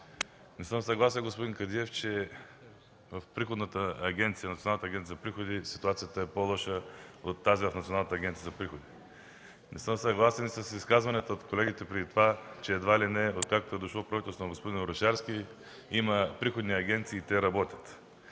Не съм съгласен, господин Кадиев, че ситуацията в Националната агенция за приходите е по-лоша от тази в Агенция „Митници”. Не съм съгласен и с изказванията на колегите преди това, че едва ли не откакто е дошло правителството на господин Орешарски, има приходни агенции и те работят.